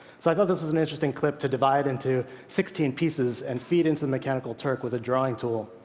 so i thought this was an interesting clip to divide into sixteen pieces and feed into the mechanical turk with a drawing tool.